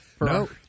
No